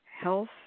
health